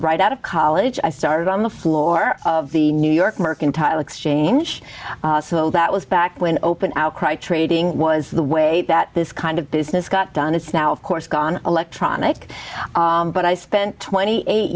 right out of college i started on the floor of the new york mercantile exchange so that was back when open outcry trading was the way that this kind of business got done it's now of course gone electronic but i spent